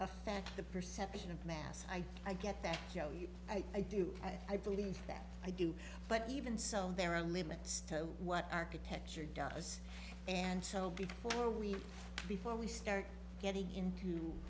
affect the perception of mass i i get that i do i believe that i do but even so there are limits to what architecture does and so before we before we start getting into